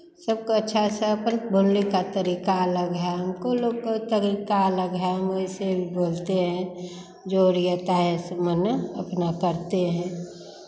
सबको अच्छा सा अपन बोलने का तरीका अलग है हमको लोग को तरीका अलग है हम वैसे बोलते हैं जो रियता है ऐसे मन अपना करते हैं